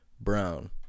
brown